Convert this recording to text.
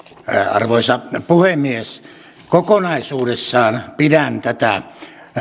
arvoisa puhemies kokonaisuudessaan pidän tätä